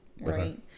right